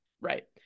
Right